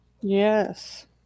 Yes